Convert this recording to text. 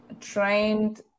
trained